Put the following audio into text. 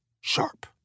Sharp